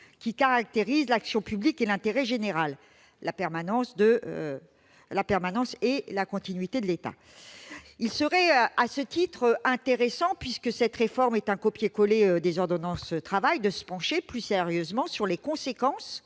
qui caractérise l'action publique, l'intérêt général, la permanence et la continuité de l'État. Il serait à ce titre intéressant, puisque cette réforme est un copier-coller des ordonnances Travail, de se pencher plus sérieusement sur les conséquences